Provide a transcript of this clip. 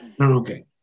Okay